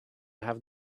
have